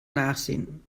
nachsehen